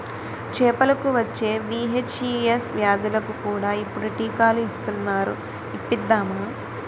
చేపలకు వచ్చే వీ.హెచ్.ఈ.ఎస్ వ్యాధులకు కూడా ఇప్పుడు టీకాలు ఇస్తునారు ఇప్పిద్దామా